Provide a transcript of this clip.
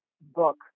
book